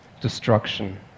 destruction